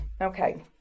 Okay